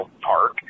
Park